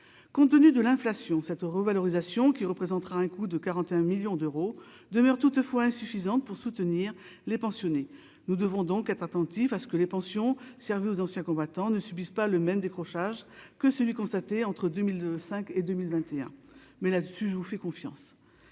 compte tenu de l'inflation, cette revalorisation, qui représentera un coût de 41 millions d'euros demeure toutefois insuffisante pour soutenir les pensionnés, nous devons donc être attentif à ce que les pensions servies aux anciens combattants ne subissent pas le même décrochage que celui constaté entre 2005 et 2021, mais là-dessus, je vous fais confiance,